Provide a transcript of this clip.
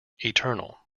eternal